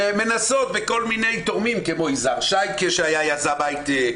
שמנסות בכל מיני תורמים כמו יזהר שייקה שהיה יזם הייטק,